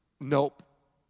Nope